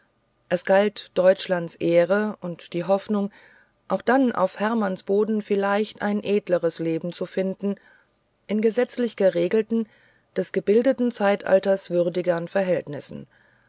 es galt deutschlands ehre und die hoffnung auch dann auf hermanns boden vielleicht ein edleres leben zu finden in gesetzlich geregelten des gebildeten zeitalters würdigern verhältnissen